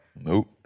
Nope